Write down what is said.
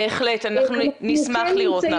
בהחלט, אנחנו נשמח לראות.